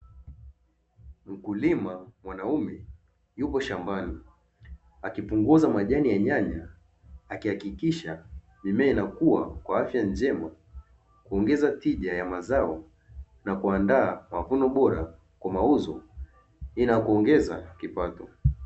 Mkulima mwanaume yupo shambani akipunguza majani ya nyanya akihakikisha mimea inakua kwa afya njema, kuongeza tija ya mazao na kuandaa mavuno bora kwa mauzo inaongeza kipato.